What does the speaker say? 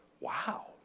wow